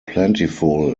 plentiful